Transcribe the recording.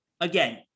Again